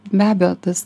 be abejo tas